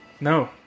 No